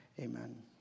Amen